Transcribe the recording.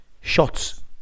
shots